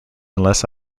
unless